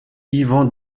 yvan